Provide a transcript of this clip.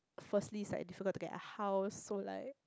firstly it's like difficult to get a house so like